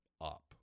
up